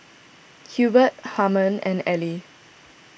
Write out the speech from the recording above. Hubert Harmon and Ellie